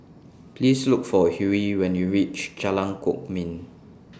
Please Look For Hughie when YOU REACH Jalan Kwok Min